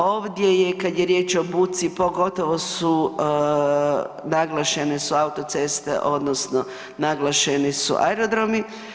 Ovdje je kad je riječ o buci pogotovo su naglašene su autoceste, odnosno naglašeni su aerodromi.